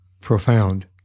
profound